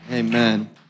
Amen